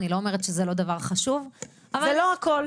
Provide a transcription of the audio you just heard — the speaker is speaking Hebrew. אני לא אומרת שזה לא דבר חשוב --- זה לא הכל,